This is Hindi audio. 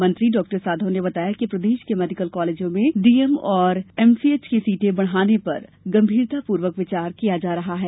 मंत्री डॉ साधौ ने बताया कि प्रदेश के मेडिकल कॉलेजों में डीएम और एमसीएच की सीटें बढ़ाने पर गंभीरतापूर्वक विचार किया जा रहा है